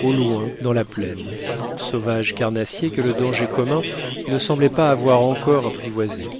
au loin dans la plaine sauvages carnassiers que le danger commun ne semblait pas avoir encore apprivoisés